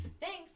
thanks